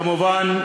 כמובן,